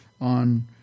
on